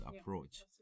approach